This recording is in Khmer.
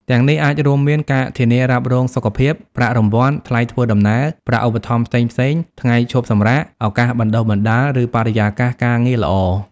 ទាំងនេះអាចរួមមាន ការធានារ៉ាប់រងសុខភាព ប្រាក់រង្វាន់ ថ្លៃធ្វើដំណើរ ប្រាក់ឧបត្ថម្ភផ្សេងៗ ថ្ងៃឈប់សម្រាក ឱកាសបណ្ដុះបណ្ដាល ឬបរិយាកាសការងារល្អ។